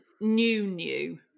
new-new